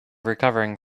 recovering